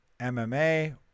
MMA